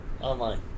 online